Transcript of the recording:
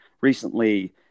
recently